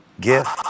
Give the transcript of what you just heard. gift